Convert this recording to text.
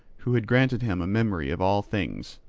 who had granted him memory of all things,